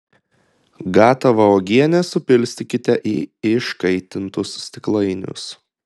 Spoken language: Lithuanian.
gatavą uogienę supilstykite į iškaitintus stiklainius